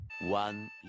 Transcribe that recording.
One